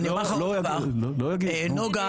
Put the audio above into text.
נגה